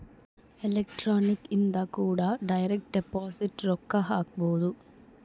electronic ಇಂದ ಕೂಡ direct deposit ರೊಕ್ಕ ಹಾಕ್ಬೊದು